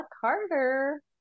Carter